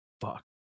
Fuck